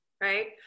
right